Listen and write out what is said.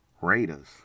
Raiders